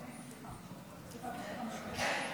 בבקשה.